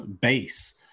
base